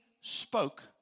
spoke